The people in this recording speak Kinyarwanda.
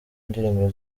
ndirimbo